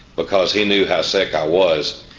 because he knew how sick i was,